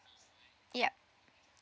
yup